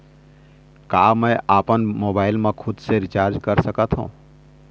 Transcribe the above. का मैं आपमन मोबाइल मा खुद से रिचार्ज कर सकथों?